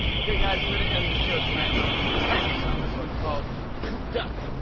okay, guys. i'm gonna end the show tonight with a tiny song. this one's called cooped up.